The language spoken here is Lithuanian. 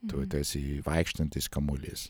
tu teesi vaikštantis kamuolys